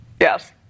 Yes